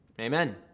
Amen